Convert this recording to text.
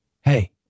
hey